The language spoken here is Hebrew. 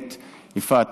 יפעת,